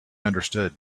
understood